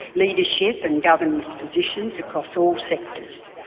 leadership and governance positions across all sectors.